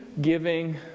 giving